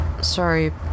sorry